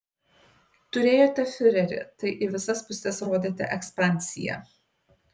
turėjote fiurerį tai į visas puses rodėte ekspansiją